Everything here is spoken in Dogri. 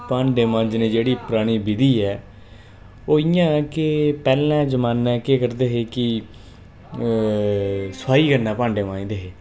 भांडे मांजने दी जेह्ड़ी परानी विधि ऐ ओह् इयां के पैह्ले जमानै केह् करदे हे कि सोहाई कन्नै भांडे मांजदे हे